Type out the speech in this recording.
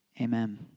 Amen